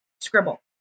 Scribble